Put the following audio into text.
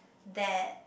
that